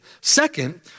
Second